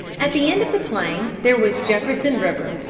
at the end of the plain there was jefferson river,